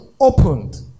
Opened